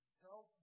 help